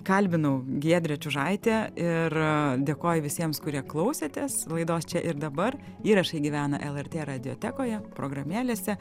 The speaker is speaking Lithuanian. kalbinau giedrė čiužaitė ir dėkoju visiems kurie klausėtės laidos čia ir dabar įrašai gyvena lrt radiotekoje programėlėse